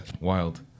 wild